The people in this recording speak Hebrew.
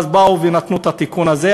אז באו ונתנו את התיקון הזה.